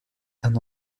d’un